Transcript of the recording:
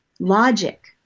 Logic